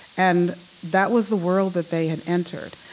and that was the world that they had entered.